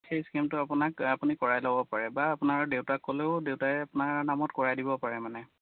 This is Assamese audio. সেই স্কিমটো আপোনাক আপুনি কৰাই ল'ব পাৰে বা আপোনাৰ দেউতাক ক'লেও দেউতাই আপোনাৰ নামত কৰাই দিব পাৰে মানে